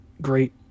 great